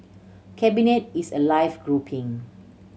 cabinet is a live grouping